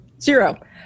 zero